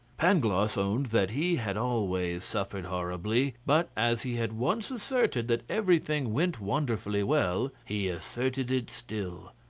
pangloss owned that he had always suffered horribly, but as he had once asserted that everything went wonderfully well, he asserted it still,